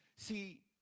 See